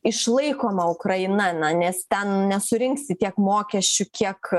išlaikoma ukraina na nes ten nesurinksi tiek mokesčių kiek